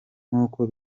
nkuko